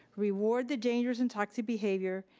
reward the dangers and toxic behavior,